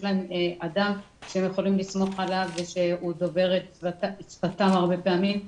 יש להם אדם שהם יכולים לסמוך עליו ושהוא דובר את שפתם הרבה פעמים,